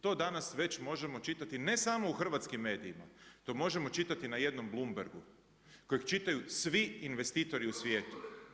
To danas već možemo čitati ne samo u hrvatskim medijima, to možemo čitati na jednom Bloombergu, kojeg čitaju svi investitori u svijetu.